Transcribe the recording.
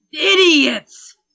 idiots